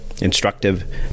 instructive